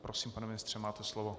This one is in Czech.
Prosím, pane ministře, máte slovo.